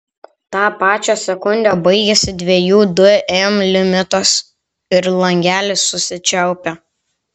tą pačią sekundę baigiasi dviejų dm limitas ir langelis susičiaupia